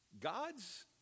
God's